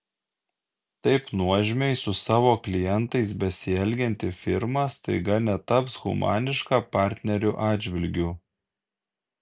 taip nuožmiai su savo klientais besielgianti firma staiga netaps humaniška partnerių atžvilgiu